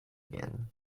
again